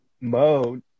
mode